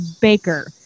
baker